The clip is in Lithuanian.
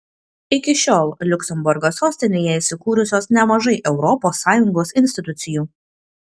iki šiol liuksemburgo sostinėje įsikūrusios nemažai europos sąjungos institucijų